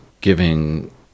giving